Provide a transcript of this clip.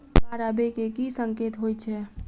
बाढ़ आबै केँ की संकेत होइ छै?